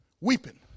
weeping